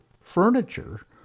furniture